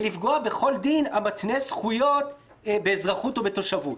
לפגוע בכל דין המתנה זכויות באזרחות או בתושבות.